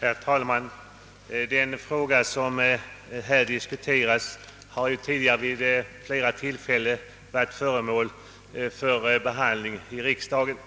Herr talman! Den fråga vi nu diskuterar har tidigare vid flera tillfällen va rit föremål för riksdagens